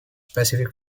pacific